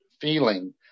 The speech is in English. feeling